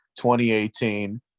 2018